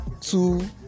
two